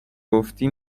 گفتی